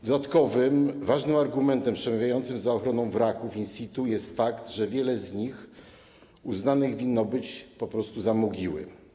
Dodatkowym ważnym argumentem przemawiającym za ochroną wraków in situ jest fakt, że wiele z nich uznanych winno być po prostu za mogiły.